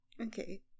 Okay